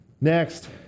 Next